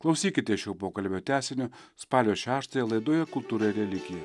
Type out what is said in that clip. klausykite šio pokalbio tęsinio spalio šeštąją laidoje kultūra ir religija